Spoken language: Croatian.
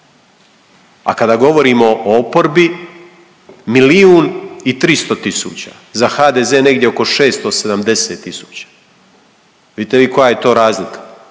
A kada govorimo o oporbe milijun i 300 000 za HDZ negdje oko 670 000. Vidite vi koja je to razlika,